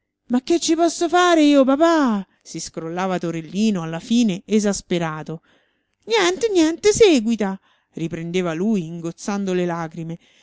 ma che ci posso fare io papà si scrollava torellino alla fine esasperato niente niente seguita riprendeva lui ingozzando le lagrime